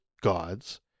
gods